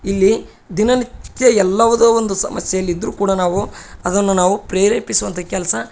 ಇಲ್ಲಿ ದಿನ ನಿತ್ಯ ಎಲ್ಲಯದೋ ಒಂದು ಸಮಸ್ಯೆಲಿದ್ರು ಕೂಡ ನಾವು ಅದನ್ನು ನಾವು ಪ್ರೇರೇಪಿಸುವಂಥ ಕೆಲಸ